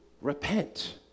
repent